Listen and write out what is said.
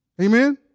Amen